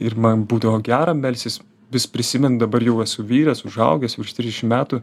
ir man būdavo gera melstis vis prisimenu dabar jau esu vyras užaugęs virš trisdešim metų